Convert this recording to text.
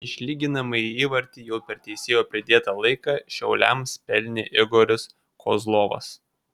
išlyginamąjį įvartį jau per teisėjo pridėtą laiką šiauliams pelnė igoris kozlovas